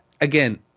again